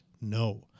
no